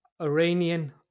Iranian